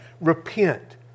Repent